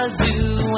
zoo